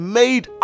made